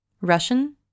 Russian